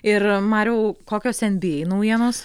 ir mariau kokios nba naujienos